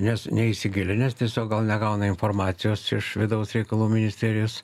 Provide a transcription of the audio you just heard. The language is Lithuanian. nes neįsigilinęs tiesiog gal negauna informacijos iš vidaus reikalų ministerijos